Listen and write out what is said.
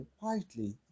quietly